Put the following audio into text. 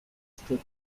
strip